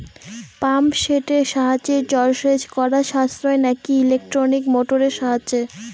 Pump সেটের সাহায্যে জলসেচ করা সাশ্রয় নাকি ইলেকট্রনিক মোটরের সাহায্যে?